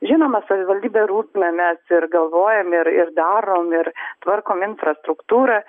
žinoma savivaldybė rūpinamės ir galvojam ir ir darom ir tvarkom infrastruktūrą